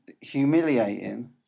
humiliating